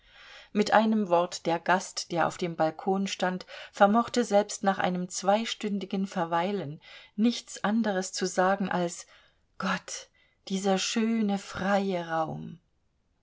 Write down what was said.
mit einem worte der gast der auf dem balkon stand vermochte selbst nach einem zweistündigen verweilen nichts anderes zu sagen als gott dieser schöne freie raum